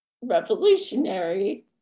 revolutionary